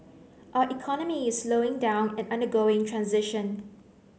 our economy is slowing down and undergoing transition